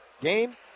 game